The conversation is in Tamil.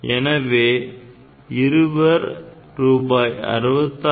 எனவே இருவர் ரூபாய் 66